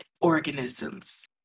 organisms